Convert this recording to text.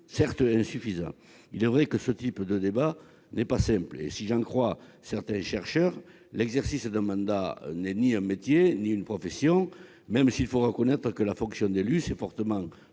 certes insuffisants. Au demeurant, les termes du débat sont complexes. Si j'en crois certains chercheurs, l'exercice d'un mandat n'est ni un métier ni une profession, même s'il faut reconnaître que la fonction d'élu s'est fortement